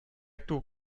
duc